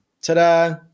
Ta-da